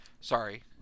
sorry